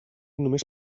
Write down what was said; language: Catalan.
només